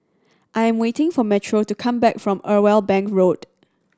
I am waiting for Metro to come back from Irwell Bank Road